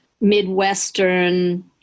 Midwestern